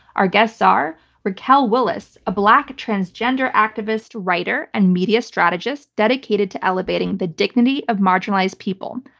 our guests are raquel willis, a black transgender activist, writer, and media strategist dedicated to elevating the dignity of marginalized people,